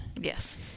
yes